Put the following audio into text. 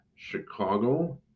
chicago